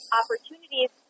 opportunities